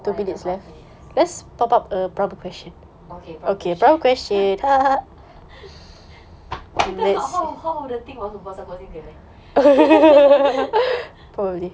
one and a half minutes okay prompt question kita how how the thing